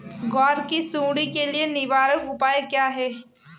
ग्वार की सुंडी के लिए निवारक उपाय क्या है?